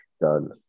Done